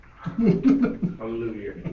Hallelujah